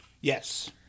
Yes